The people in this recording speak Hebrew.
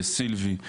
לסילבי,